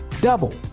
double